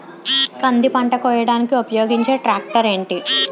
కంది పంట కోయడానికి ఉపయోగించే ట్రాక్టర్ ఏంటి?